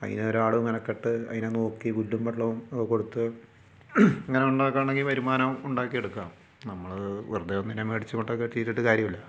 അതിന് ഒരാൾ മെനക്കെട്ട് അതിനെ നോക്കി പുല്ലും വെള്ളവും കൊടുത്ത് ഇങ്ങനെ ഉണ്ടാക്കുവാണെങ്കിൽ വരുമാനം ഉണ്ടാക്കിയെടുക്കാം നമ്മൾ വെറുതെ ഒന്നിനെ മേടിച്ച് കൊണ്ട് കെട്ടിയിട്ടിട്ട് കാര്യമില്ല